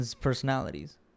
personalities